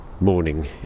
morning